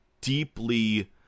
deeply